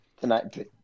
tonight